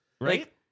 right